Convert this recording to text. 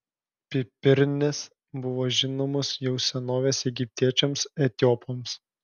pipirnės buvo žinomos jau senovės egiptiečiams etiopams